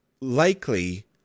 likely